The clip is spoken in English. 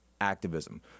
activism